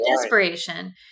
desperation